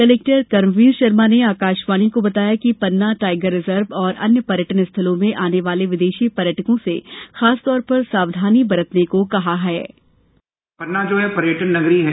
collector Karmveer Sharma ने आकाशवाणी को बताया कि पन्ना टाइगर रिजर्व और अन्य पर्यटन स्थलों में आने वाले विदेशी पर्यटकों से खासतौर पर सावधानी बरतने को कहा है